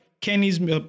Kenny's